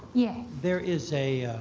yeah there is a,